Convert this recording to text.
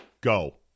Go